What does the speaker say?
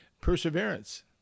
perseverance